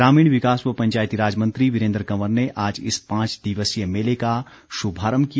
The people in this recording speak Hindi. ग्रामीण विकास व पंचायती राज मंत्री वीरेन्द्र कंवर ने आज इस पांच दिवसीय मेले का शुभारम्भ किया